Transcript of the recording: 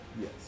Yes